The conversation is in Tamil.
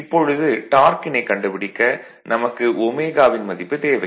இப்பொழுது டார்க்கினை கண்டுபிடிக்க நமக்கு ω வின் மதிப்பு தேவை